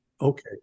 Okay